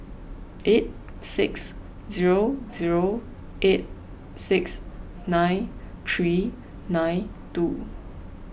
eight six zero zero eight six nine three nine two